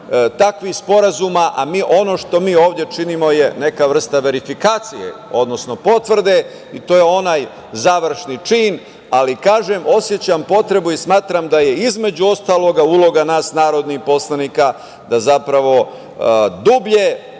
takvih sporazuma, a ono što mi ovde činimo je neka vrsta verifikacije, odnosno potvrde i to je onaj završni čin. Kažem, osećam potrebu i smatram da je između ostalog uloga nas narodnih poslanika da zapravo dublje,